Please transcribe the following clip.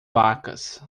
vacas